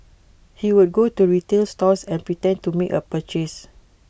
he would go to retail stores and pretend to make A purchase